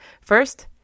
First